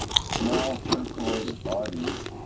small turquoise bodies,